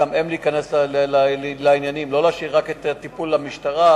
גם הם צריכים להיכנס לעניינים ולא להשאיר את הטיפול רק למשטרה,